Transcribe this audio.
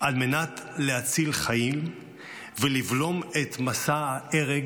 על מנת להציל חיים ולבלום את מסע ההרג